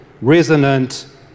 resonant